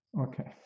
Okay